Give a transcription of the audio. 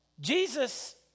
Jesus